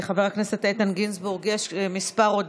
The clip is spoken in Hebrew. לחבר הכנסת איתן גינזבורג יש כמה הודעות,